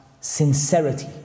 sincerity